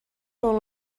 són